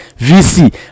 vc